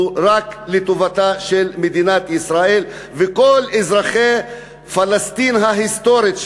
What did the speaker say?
רק לטובתה של מדינת ישראל וטובת כל אזרחי פלסטין ההיסטורית,